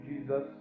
Jesus